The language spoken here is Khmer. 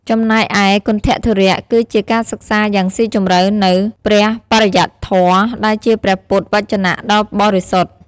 ចំណែកឯ គន្ថធុរៈ គឺជាការសិក្សាយ៉ាងស៊ីជម្រៅនូវ ព្រះបរិយត្តិធម៌ ដែលជាព្រះពុទ្ធវចនៈដ៏បរិសុទ្ធ។